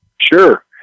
Sure